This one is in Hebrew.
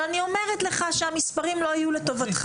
אבל אני אומרת לך שהמספרים לא יהיו לטובתך.